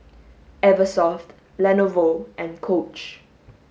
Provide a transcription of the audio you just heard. Eversoft Lenovo and Coach